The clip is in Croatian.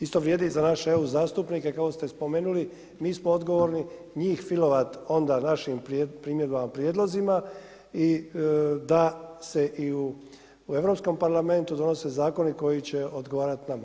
Isto vrijedi i za naš eu-zastupnike kako ste spomenuli, mi smo odgovorni njih filovati onda našim primjedbama, prijedlozima i da se i u Europskom parlamentu donose zakone koji će odgovarati nama.